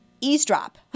eavesdrop